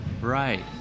right